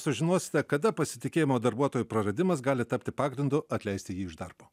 sužinosite kada pasitikėjimo darbuotoju praradimas gali tapti pagrindu atleisti jį iš darbo